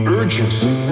urgency